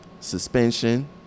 suspension